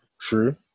True